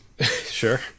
Sure